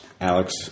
Alex